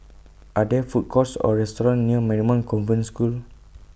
Are There Food Courts Or restaurants near Marymount Convent School